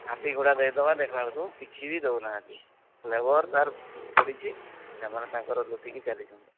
ହାତୀ ଘୋଡ଼ା ଦେଇଦେବା ଦେଖିଲାବେଳକୁ କିଛି ବି ଦେଉନାହାନ୍ତି ଲେବର ତା'ର ପଡ଼ିଛି ସେମାନେ ତାଙ୍କର ଲୁଟିକି ଚାଲିଛନ୍ତି